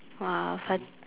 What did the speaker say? !wah! afar